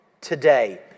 today